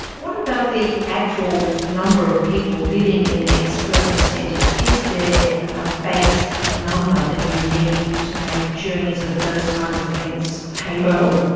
what about the actual number of people living in these urban centres? is there a base number that you need to make journeys of those kinds of lengths pay well?